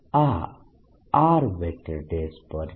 આ r પર છે